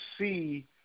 see